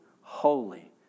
holy